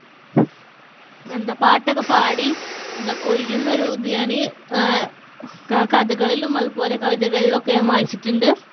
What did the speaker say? എന്താ പാട്ടൊക്കെപ്പാടി എന്താ കൊയ്യുന്നൊരിത് ഞാൻ കഥകളിലും അതുപോലെ കവിതകളിലൊക്കെ ഞാൻ വായിച്ചിട്ടുണ്ട്